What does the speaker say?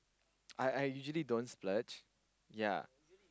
I I usually don't splurge ya